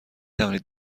توانید